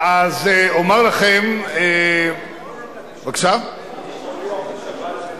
אז אומר לכם, לא כל יום, בשבת בטח לא.